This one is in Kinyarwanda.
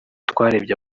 twarebye